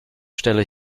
stelle